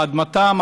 על אדמתם,